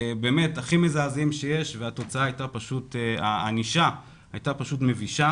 מקרים הכי מזעזעים שיש והענישה הייתה פשוט מבישה